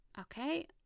Okay